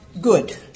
good